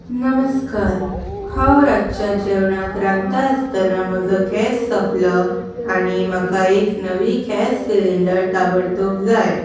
नमस्कार हांव रातच्या जेवणाक रांदता आसतना म्हजो गॅस सोंपलो आनी म्हाका एक नवो गॅस सिलिंडर ताबडतोब जाय